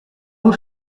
vous